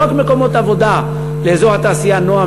לא רק מקומות עבודה לאזור התעשייה נעם